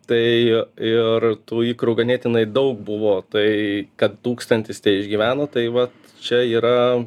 tai ir tų ikrų ganėtinai daug buvo tai kad tūkstantis teišgyveno tai vat čia yra